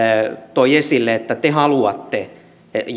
toi esille että te haluatte